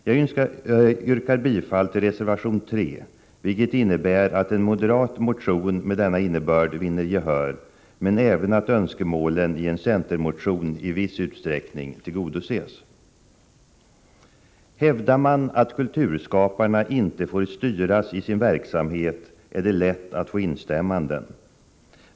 Jag yrkar bifall till reservation 3, vilket innebär att en moderat motion med denna innebörd vinner gehör men även att önskemålen i en centermotion i viss utsträckning tillgodoses. Hävdar man att kulturskaparna inte får styras i sin verksamhet är det lätt att få instämmanden.